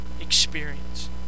experience